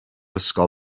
ysgol